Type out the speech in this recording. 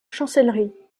chancellerie